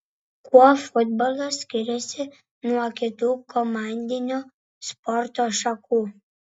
kuo futbolas skiriasi nuo kitų komandinių sporto šakų